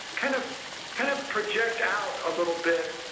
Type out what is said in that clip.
kind of kind of project out a little bit.